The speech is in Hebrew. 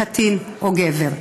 קטין או גבר.